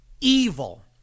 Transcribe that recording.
evil